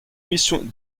mission